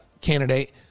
candidate